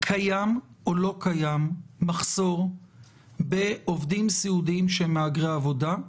קיים או לא קיים מחסור בעובדים סיעודיים שהם מהגרי עבודה?